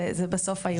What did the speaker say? זה בסוף הארגון.